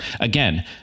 Again